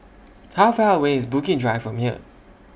How Far away IS Bukit Drive from here